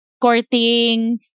courting